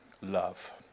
love